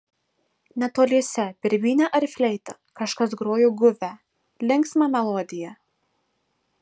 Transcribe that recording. netoliese birbyne ar fleita kažkas grojo guvią linksmą melodiją